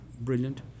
brilliant